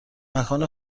مکان